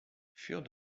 furent